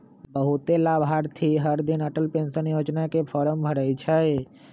बहुते लाभार्थी हरदिन अटल पेंशन योजना के फॉर्म भरई छई